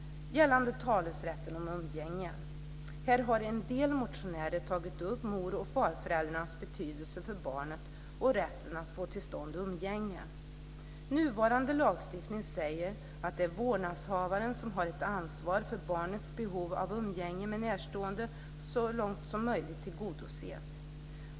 Gällande talerätten om umgänge har en del motionärer tagit upp mor och farföräldrars betydelse för barnet och rätten att få till stånd umgänge. Nuvarande lagstiftning säger att det är vårdnadshavaren som har ett ansvar för att barnets behov av umgänge med närstående så långt som möjligt tillgodoses.